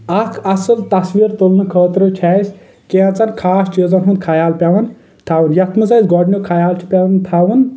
اکھ اصٕل تصویر تُلنہٕ خٲطرٕ چھِ اسۍ کینٛژن خاص چیزن ہُنٛد خیال پٮ۪وان تھاوُن یتھ منٛز اسۍ گۄڈنیُک خیال چھُ پٮ۪وان تھاوُن